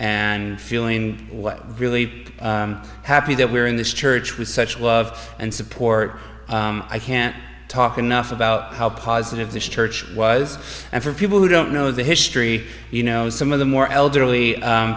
and feeling really happy that we're in this church with such love and support i can't talk enough about how positive this church was and for people who don't know the history you know some of the more elderly